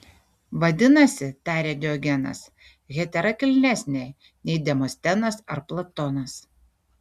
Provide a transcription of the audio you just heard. vadinasi tarė diogenas hetera kilnesnė nei demostenas ar platonas